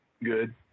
good